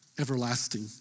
everlasting